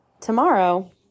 tomorrow